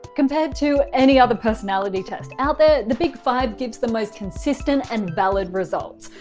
compared to any other personality test out there, the big five gives the most consistent and valid results,